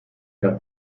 herr